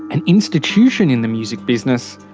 an institution in the music business,